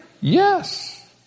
yes